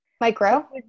Micro